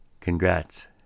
Congrats